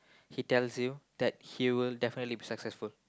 he tells you that he'll definitely be successful